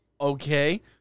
Okay